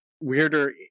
weirder